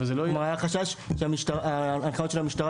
היה חשש שההנחיות של המשטרה,